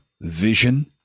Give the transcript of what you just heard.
vision